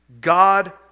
God